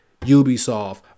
ubisoft